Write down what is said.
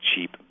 cheap